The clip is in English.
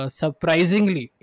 surprisingly